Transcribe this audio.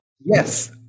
Yes